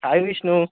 hi Vishnu